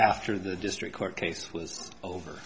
after the district court case was over